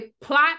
plot